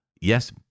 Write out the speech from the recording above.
Yes